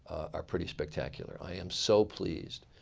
are pretty spectacular. i am so pleased